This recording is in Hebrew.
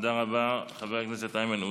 תודה רבה, חבר הכנסת איימן עודה.